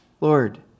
Lord